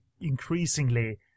increasingly